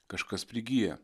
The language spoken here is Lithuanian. kažkas prigyja